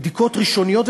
בדיקות ראשוניות,